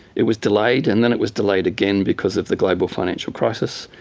it was delayed and then it was delayed again because of the global financial crisis,